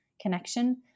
connection